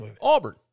Auburn